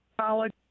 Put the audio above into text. college